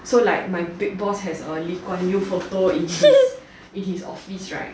so like my big boss has lee kuan yew photo in his office right